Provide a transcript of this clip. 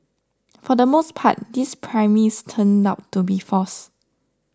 for the most part this premise turned out to be false